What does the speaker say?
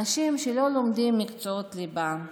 אנשים שלא לומדים מקצועות ליבה,